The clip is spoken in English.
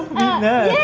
witness